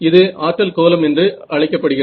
இது ஆற்றல் கோலம் என்று அழைக்கப்படுகிறது